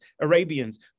Arabians